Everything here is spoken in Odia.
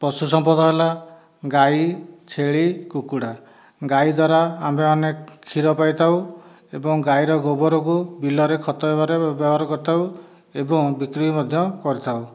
ପଶୁ ସମ୍ପଦ ହେଲା ଗାଈ ଛେଳି କୁକୁଡ଼ା ଗାଈ ଦ୍ୱାରା ଆମ୍ଭେମାନେ କ୍ଷୀର ପାଇଥାଉ ଏବଂ ଗାଈର ଗୋବରକୁ ବିଲରେ ଖତ ଭାବରେ ବ୍ୟବହାର କରିଥାଉ ଏବଂ ବିକ୍ରି ମଧ୍ୟ କରିଥାଉ